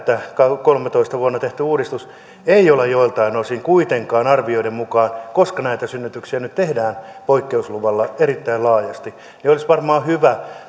vuonna kolmetoista tehty uudistus ei ole joiltain osin kuitenkaan onnistunut arvioiden mukaan koska näitä synnytyksiä nyt tehdään poikkeusluvalla erittäin laajasti olisi varmaan hyvä